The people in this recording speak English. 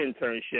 internship